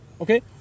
okay